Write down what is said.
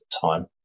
time